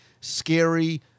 scary